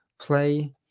play